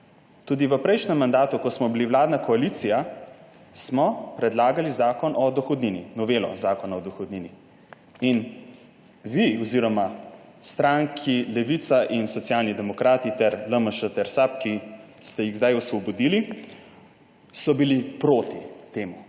Tudi v prejšnjem mandatu, ko smo bili vladna koalicija, smo predlagali novelo Zakona o dohodnini in vi oziroma stranki Levica in Socialni demokrati ter LMŠ ter SAB, ki ste ju zdaj osvobodili, ste bili proti temu.